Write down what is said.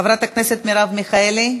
חברתה כנסת מרב מיכאלי,